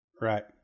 Right